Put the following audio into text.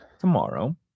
tomorrow